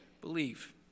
believe